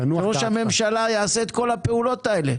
ראש הממשלה יעשה את כל הפעולות האלה,